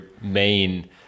main